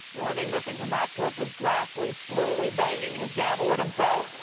the only thing missing from that clip was grassley slowly banging his gavel at himself.